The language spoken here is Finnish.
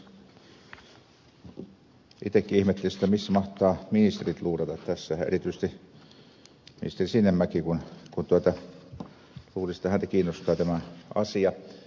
itsekin ihmettelin sitä missä mahtavat ministerit luurata tässä erityisesti ministeri sinnemäki kun luulisi että häntä kiinnostaa tämä asia